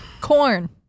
Corn